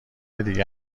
دیگه